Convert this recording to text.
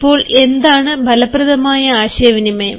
ഇപ്പോൾ എന്താണ് ഫലപ്രദമായ ആശയവിനിമയം